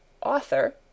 author